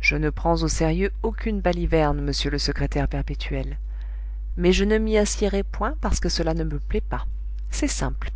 je ne prends au sérieux aucune baliverne monsieur le secrétaire perpétuel mais je ne m'y assiérai point parce que cela ne me plaît pas c'est simple